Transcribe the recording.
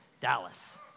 Dallas